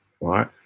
right